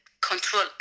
control